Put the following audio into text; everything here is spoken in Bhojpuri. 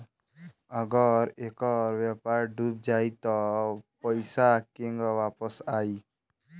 आउरु अगर ऐकर व्यापार डूब जाई त पइसा केंग वापस आई